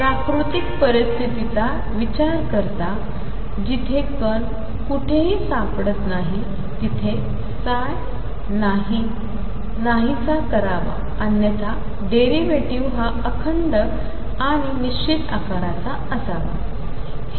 प्राकृतिक परिस्थितीचा विचार करता जिथे कण कोठेही सापडत नाही तेथे ψ नाहीसा करावा अन्यथा डेरीवेटीव्ह हा अखंड आणि निश्चित आकाराचा असावा